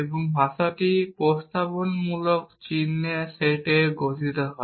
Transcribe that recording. এবং ভাষাটি প্রস্তাবনামূলক চিহ্নের সেটে গঠিত হয়